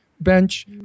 bench